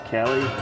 Kelly